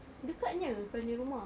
dekatnya from your rumah